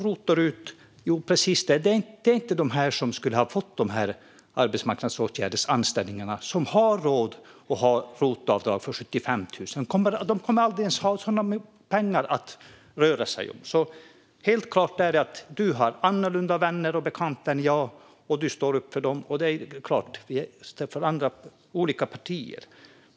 Det är inte de som skulle ha fått dessa arbetsmarknadspolitiska anställningar som har råd att göra ROT-avdrag för 75 000. De kommer aldrig att ha sådana pengar att röra sig med. Helt klart är att du har annorlunda vänner och bekanta än jag. Du står upp för dem. Det är klart: Vi hör ju till olika partier.